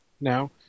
Now